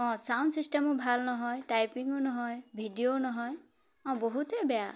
অঁ ছাউণ্ড চিষ্টেমো ভাল নহয় টাইপিঙো নহয় ভিডিঅ'ও নহয় অঁ বহুতে বেয়া